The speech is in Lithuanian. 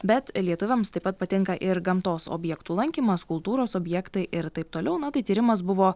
bet lietuviams taip pat patinka ir gamtos objektų lankymas kultūros objektai ir taip toliau na tai tyrimas buvo